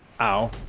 Ow